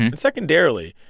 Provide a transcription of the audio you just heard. and secondarily,